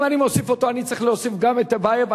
אם אני מוסיף אותו אני צריך להוסיף גם את טיבייב.